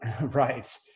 right